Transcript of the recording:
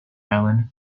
island